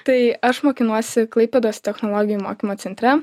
tai aš mokinuosi klaipėdos technologijų mokymo centre